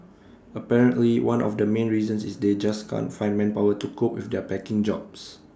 apparently one of the main reasons is they just can't find manpower to cope with their packing jobs